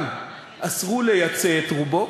גם אסרו לייצא את רובו,